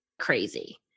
crazy